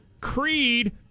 Creed